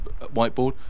whiteboard